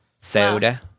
Soda